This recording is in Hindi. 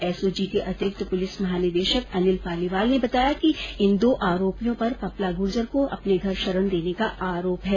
एस ओ जी के अंतिरिक्त पुलिस महानिदेशक अनिल पालीवाल ने बताया कि इन दो आरोपियों पर पपला गुर्जर को अपने घर शरण देने का आरोप है